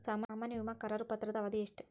ಸಾಮಾನ್ಯ ವಿಮಾ ಕರಾರು ಪತ್ರದ ಅವಧಿ ಎಷ್ಟ?